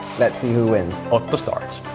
let's see who wins! otto starts